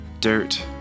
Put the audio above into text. Dirt